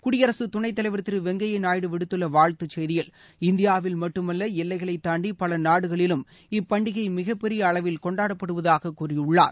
குடியரசுத் துணைத் தலைவர் திரு வெங்கையா நாயுடு விடுத்துள்ள வாழ்த்து செய்தியில் இந்தியாவில் மட்டுமல்ல எல்லைகளை தாண்டி பல நாடுகளிலும் இப்படிகை மிகப்பெரிய அளவில் கொண்டாடப்படுவதாக கூறியுள்ளார்